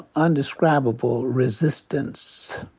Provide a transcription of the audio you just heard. ah indescribable resistance.